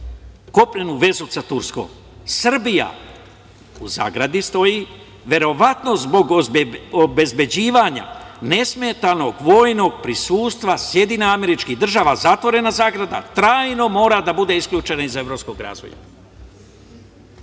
kopnenu vezu sa Turskom. Srbija, u zagradi stoji, verovatno zbog obezbeđivanja nesmetanog vojnog prisustva SAD zatvorena zagrada, trajno mora da bude isključena iz evropskog razvoja. Deveto